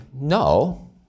no